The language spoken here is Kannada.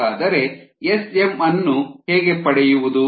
ಹಾಗಾದರೆ Sm ಅನ್ನು ಹೇಗೆ ಪಡೆಯುವುದು